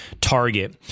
target